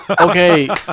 Okay